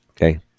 Okay